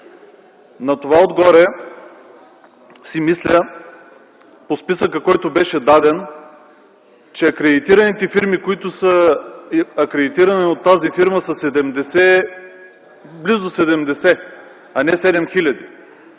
На това отгоре си мисля по списъка, който беше даден, че фирмите, които са акредитирани от тази фирма, са близо 70, а не 7000.